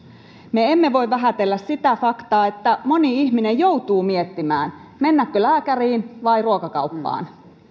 me emme voi vähätellä sitä faktaa että moni ihminen joutuu miettimään mennäkö lääkäriin vai ruokakauppaan